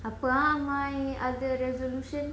apa ah my other resolution